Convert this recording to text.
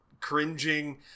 cringing